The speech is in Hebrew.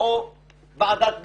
או ועדת בדיקה.